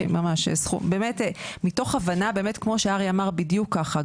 20-30. מתוך הבנה, באמת כמו שאריה אמר, בדיוק ככה.